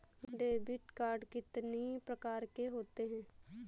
Debit card कितनी प्रकार के होते हैं?